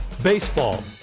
Baseball